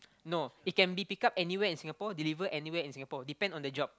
no it can be pick up anywhere in Singapore deliver anywhere in Singapore depend on the job